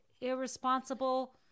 irresponsible